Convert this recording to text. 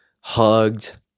hugged